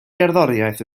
gerddoriaeth